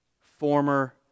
former